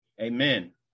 amen